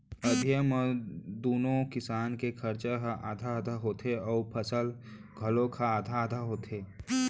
अधिया म दूनो किसान के खरचा ह आधा आधा होथे अउ फसल घलौक ह आधा आधा होथे